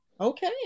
Okay